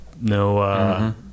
No